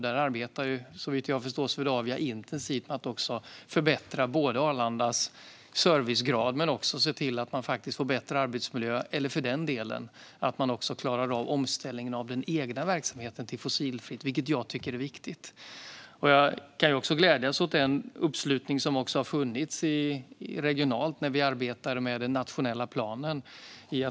Där arbetar, såvitt jag förstår, Swedavia intensivt med att förbättra Arlandas servicegrad och arbetsmiljö men också för att klara omställningen av den egna verksamheten till fossilfritt, vilket jag tycker är viktigt. Jag kan också glädjas åt den uppslutning som fanns regionalt när vi arbetade med den nationella planen.